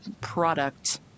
product